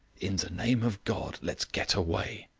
in the name of god, let's get away.